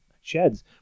sheds